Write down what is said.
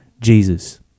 Jesus